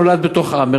נולדת בתוך "האמר",